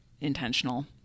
intentional